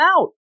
out